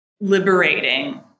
liberating